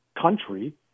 country